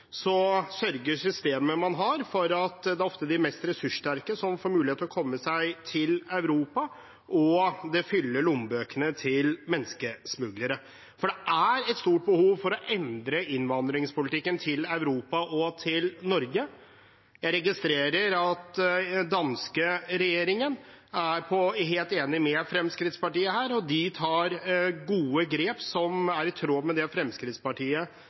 sørger systemet man har, for at det ofte er de mest ressurssterke som får mulighet til å komme seg til Europa, og det fyller lommebøkene til menneskesmuglere. Det er et stort behov for å endre innvandringspolitikken til Europa og til Norge. Jeg registrerer at den danske regjeringen er helt enig med Fremskrittspartiet her. De tar gode grep, som er i tråd med det Fremskrittspartiet